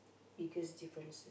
biggest difference